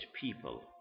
people